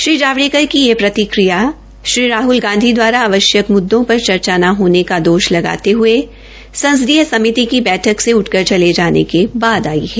श्री जावड़ेकर की यह प्रतिक्रिया श्री राहल गांधी दवारा आवश्यक मुददों पर चर्चा न होने का दोष लगाते हये संसदीय समिति की बैठक से उठकर जाने के बाद आई है